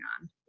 on